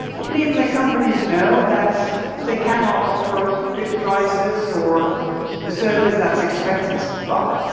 it means that companies know that if they cannot offer good prices or the service that's expected, well,